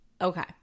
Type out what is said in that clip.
okay